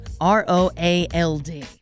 R-O-A-L-D